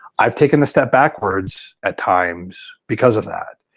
i've taken a step backwards at times because of that.